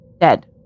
dead